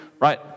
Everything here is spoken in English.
Right